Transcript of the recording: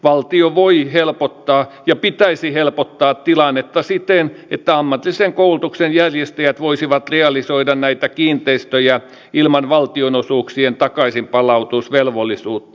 valtio voi helpottaa ja pitäisi helpottaa tilannetta siten että ammatillisen koulutuksen järjestäjät voisivat realisoida näitä kiinteistöjä ilman valtionosuuksien takaisinpalautusvelvollisuutta